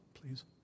please